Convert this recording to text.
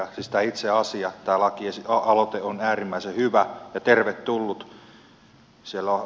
siis tämä itse asia tämä lakialoite on äärimmäisen hyvä ja tervetullut